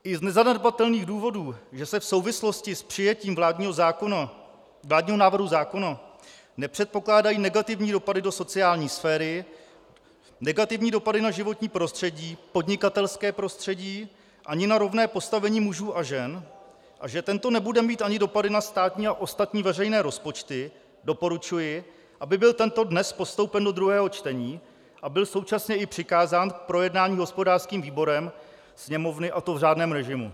I z nezanedbatelných důvodů, že se v souvislosti s přijetím vládního návrhu zákona nepředpokládají negativní dopady do sociální sféry, negativní dopady na životní prostředí, podnikatelské prostředí, ani na rovné postavení mužů a žen a že tento nebude mít ani dopady na státní a ostatní veřejné rozpočty doporučuji, aby byl tento dnes postoupen do druhého čtení a byl současně i přikázán k projednání hospodářským výborem Sněmovny, a to v řádném režimu.